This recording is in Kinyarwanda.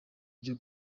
ryo